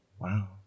Wow